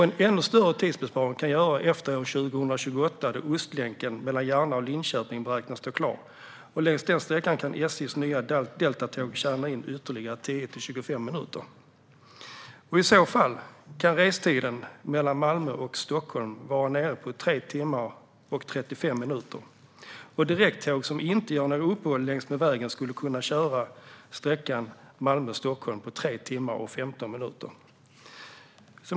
En ännu större tidsbesparing kan göras efter 2028, då Ostlänken mellan Järna och Linköping beräknas stå klar. På denna sträcka kan SJ:s nya deltatåg tjäna in ytterligare 10-25 minuter. I så fall kan restiden mellan Malmö och Stockholm vara nere på 3 timmar och 35 minuter. Direkttåg som inte gör några uppehåll längs vägen skulle kunna köra sträckan Malmö-Stockholm på 3 timmar och 15 minuter.